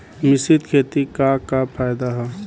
मिश्रित खेती क का फायदा ह?